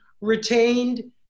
retained